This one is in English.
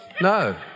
No